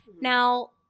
Now